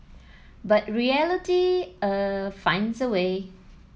but reality uh finds a way